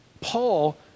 Paul